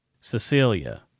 Cecilia